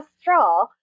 straw